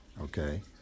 okay